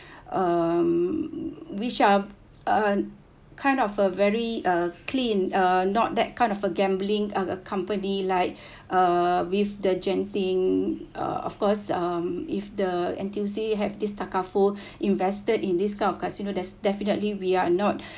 um which are uh kind of a very uh clean uh not that kind of a gambling uh a company like uh with the genting uh of course uh if the N_T_U_C have this takaful invested in this kind of casino that’s definitely we are not